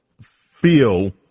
feel